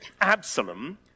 Absalom